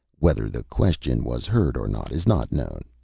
whether the question was heard or not is not known.